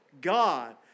God